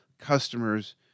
customers